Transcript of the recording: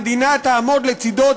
המדינה תעמוד לצדו,